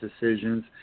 decisions